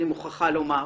אני מוכרחה לומר,